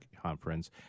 conference